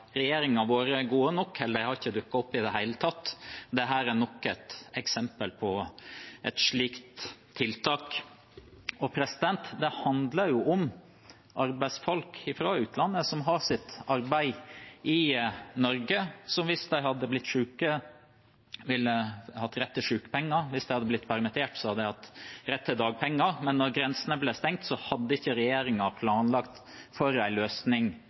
gode nok, eller de har ikke dukket opp i det hele tatt. Dette er nok et eksempel på et slikt tiltak. Det handler om arbeidsfolk fra utlandet som har sitt arbeid i Norge, og som hvis de hadde blitt syke, ville hatt rett til sykepenger, og hvis de hadde blitt permittert, hadde hatt rett til dagpenger. Men da grensene ble stengt, hadde ikke regjeringen planlagt en løsning for